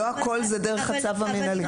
לא הכול זה דרך הצו המינהלי.